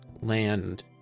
land